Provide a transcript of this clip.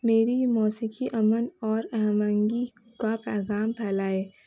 میری موسیقی امن اور ہم آہنگی کا پیغام پھیلائے